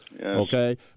okay